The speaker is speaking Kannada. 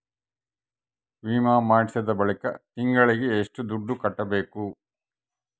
ವಿಮೆ ಮಾಡಿಸಿದ ಬಳಿಕ ತಿಂಗಳಿಗೆ ಎಷ್ಟು ದುಡ್ಡು ಕಟ್ಟಬೇಕು?